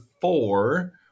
four